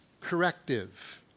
corrective